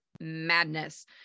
madness